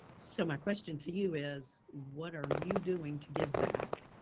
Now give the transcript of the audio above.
so my question to you is what are you doing to give back?